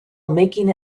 making